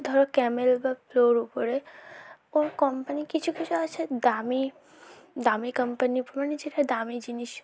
ধরো ক্যামেল বা পোলোর উপরে ও কম্পানি কিছু কিছু আছে দামি দামি কাম্পানির উপরে দামি জিনিস